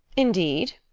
indeed!